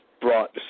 brought